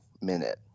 minute